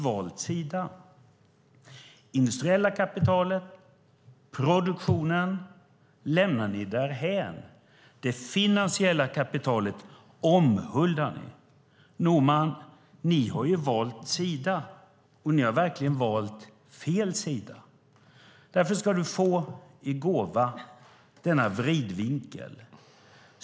Det industriella kapitalet och produktionen lämnar ni därhän. Det finansiella kapitalet omhuldar ni. Ni har valt sida, Norman, och ni har verkligen valt fel sida. Därför ska du få i gåva en vridvinkel.